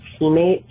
teammate